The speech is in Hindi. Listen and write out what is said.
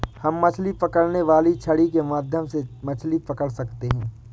हम मछली पकड़ने वाली छड़ी के माध्यम से मछली पकड़ सकते हैं